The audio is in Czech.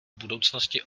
budoucnosti